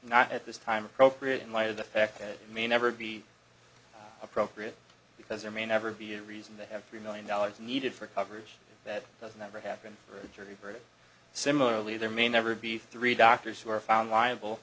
not at this time appropriate in light of the fact that it may never be appropriate because there may never be a reason to have three million dollars needed for coverage that doesn't ever happen for a jury verdict similarly there may never be three doctors who are found liable